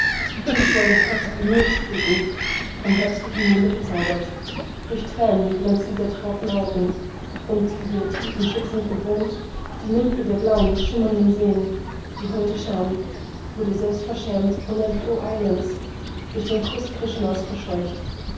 ihm schwoll das herz wie meeresfluten vom herbstlichen monde bezaubert durch tränen glänzten der trauten augen und die ihre tiefen schützend bewohnt die nymphe der blauen schimmernden seen die holde scham wurde selbst verschämt und entfloh eilends durch den kuß krishnas verscheucht